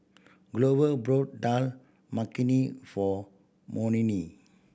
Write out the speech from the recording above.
Glover brought Dal Makhani for Monnie